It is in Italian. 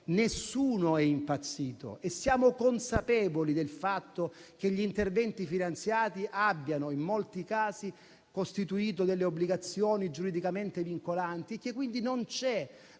nessuno è impazzito e siamo consapevoli del fatto che gli interventi finanziati abbiano, in molti casi, costituito delle obbligazioni giuridicamente vincolanti. Pertanto non c'è